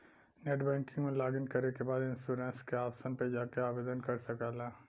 net banking में login करे के बाद इन्शुरन्स के ऑप्शन पे जाके आवेदन कर सकला